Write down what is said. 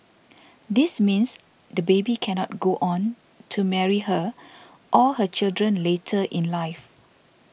this means the baby cannot go on to marry her or her children later in life